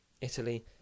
Italy